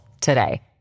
today